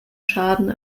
schaden